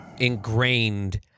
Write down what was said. ingrained